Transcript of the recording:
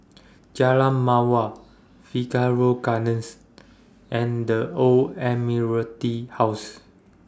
Jalan Mawar Figaro Gardens and The Old Admiralty House